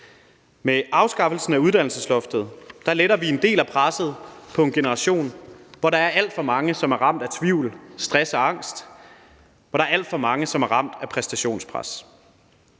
Med afskaffelsen af uddannelsesloftet letter vi en del af presset på en generation, hvor der er alt for mange, der er ramt af tvivl, stress og angst, og hvor der er alt for mange, som er ramt af præstationspres.